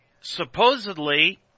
supposedly